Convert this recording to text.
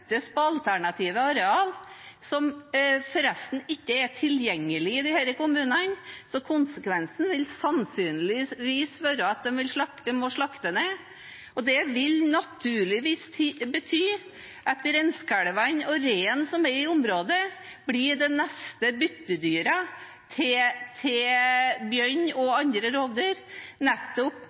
areal, som forresten ikke er tilgjengelig i disse kommunene, vil konsekvensen sannsynlig være at en må slakte ned. Det vil naturligvis bety at reinkalvene og reinen som er i området, blir de neste byttedyra til bjørn og andre rovdyr, nettopp